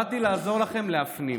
באתי לעזור לכם להפנים